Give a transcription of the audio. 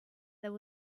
there